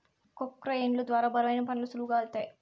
క్రొక్లేయిన్ ద్వారా బరువైన పనులు సులువుగా ఐతాయి